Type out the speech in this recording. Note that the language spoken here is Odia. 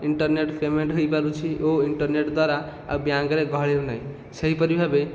ଇଣ୍ଟେରନେଟ ପେମେଣ୍ଟ ହୋଇପାରୁଛି ଓ ଇଣ୍ଟେରନେଟ ଦ୍ୱାରା ଆଉ ବ୍ୟାଙ୍କରେ ଗହଳି ହେଉନାହିଁ ସେହିପରି ଭାବେ